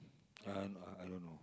uh uh I don't know